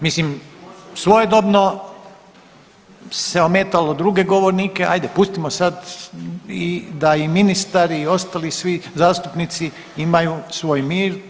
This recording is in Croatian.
Mislim svojedobno se ometalo druge govornike, adje pustimo sad da i ministar i ostali svi zastupnici imaju svoj mir.